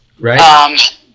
Right